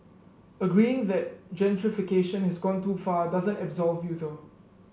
agreeing that gentrification has gone too far doesn't absolve you though